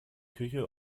küche